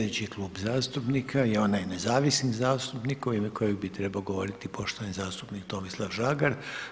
Slijedeći klub zastupnika je onaj nezavisnih zastupnika u ime kojeg bi trebao govoriti poštovani zastupnik Tomislav Žagar.